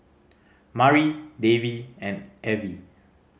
Mari Davey and Evie